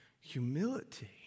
humility